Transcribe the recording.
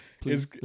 Please